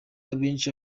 benshi